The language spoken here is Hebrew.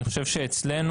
אני חושב שאצלנו,